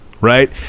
right